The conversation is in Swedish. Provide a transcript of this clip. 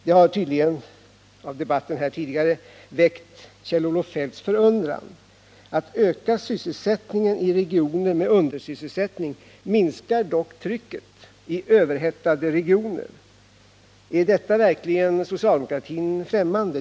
Detta har tydligen — det framgick av den tidigare debatten här — väckt Kjell-Olof Feldts förundran. Att öka sysselsättningen i regioner med undersysselsättning minskar dock trycket i överhettade regioner. Är detta verkligen socialdemokratin främmande?